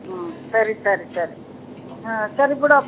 ಹ್ಞೂ ಸರಿ ಸರಿ ಸರಿ ಆಂ ಸರಿ ಬಿಡೋ